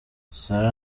sarah